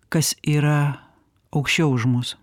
kas yra aukščiau už mus